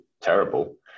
terrible